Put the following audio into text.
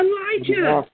Elijah